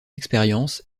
expérience